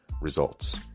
results